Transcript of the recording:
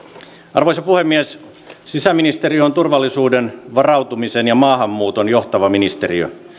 arvoisa puhemies sisäministeriö on turvallisuuden varautumisen ja maahanmuuton johtava ministeriö